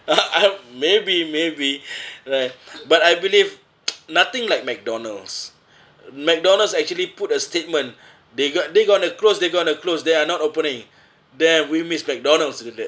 maybe maybe right but I believe nothing like mcdonald's mcdonald's actually put a statement they got they gonna close they gonna close they are not opening damn we miss mcdonald's during that